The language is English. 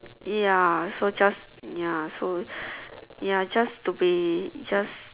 ya so just ya so ya just to be just